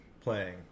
playing